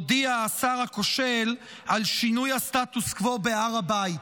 הודיע השר הכושל על שינוי הסטטוס קוו בהר הבית.